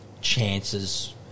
chances